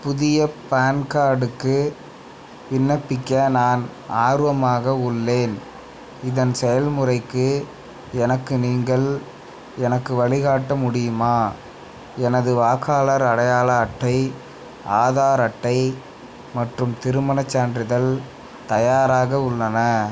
புதிய பேன் கார்டுக்கு விண்ணப்பிக்க நான் ஆர்வமாக உள்ளேன் இதன் செயல்முறைக்கு எனக்கு நீங்கள் எனக்கு வலிகாட்ட முடியுமா எனது வாக்காளர் அடையாள அட்டை ஆதார் அட்டை மற்றும் திருமணச் சான்றிதல் தயாராக உள்ளன